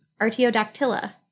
Artiodactyla